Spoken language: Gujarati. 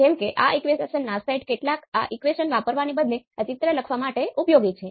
તેમનો તફાવત શૂન્ય છે